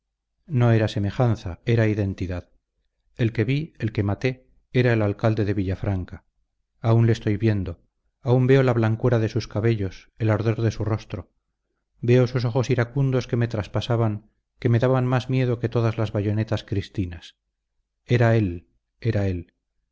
no era semejanza era identidad el que vi el que maté era el alcalde de villafranca aún le estoy viendo aún veo la blancura de sus cabellos el ardor de su rostro veo sus ojos iracundos que me traspasaban que me daban más miedo que todas las bayonetas cristinas era él era él